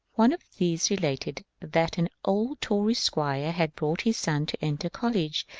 one of these related that an old tory squire had brought his son to enter college,